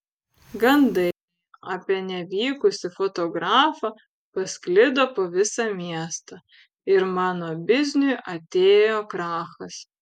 gandai apie nevykusį fotografą pasklido po visą miestą ir mano bizniui atėjo krachas